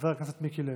חבר הכנסת מיקי לוי.